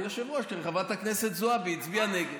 היושבת-ראש חברת הכנסת זועבי הצביעה נגד.